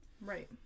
Right